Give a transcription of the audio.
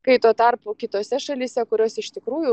kai tuo tarpu kitose šalyse kurios iš tikrųjų